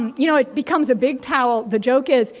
you know, it becomes a big towel. the joke is,